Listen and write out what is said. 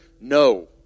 No